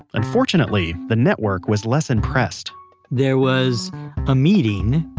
unfortunately, the network was less impressed there was a meeting,